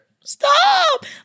Stop